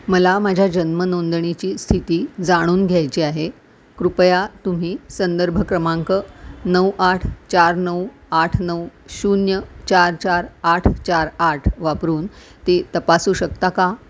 मला माझ्या जन्म नोंदणीची स्थिती जाणून घ्यायची आहे कृपया तुम्ही संदर्भ क्रमांक नऊ आठ चार नऊ आठ नऊ शून्य चार चार आठ चार आठ वापरून ते तपासू शकता का